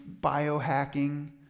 biohacking